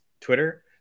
Twitter